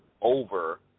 over